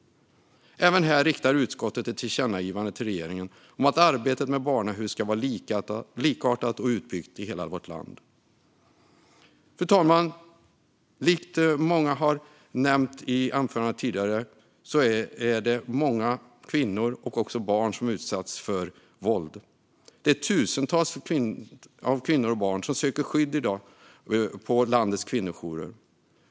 Utskottet föreslår även här att ett tillkännagivande riktas till regeringen också om att arbetet med barnahus ska vara likartat och utbyggt i hela vårt land. Fru talman! Liksom många har nämnt i tidigare anföranden utsätts många kvinnor och barn för våld. Tusentals kvinnor och barn söker skydd på landets kvinnojourer.